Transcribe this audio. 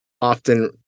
often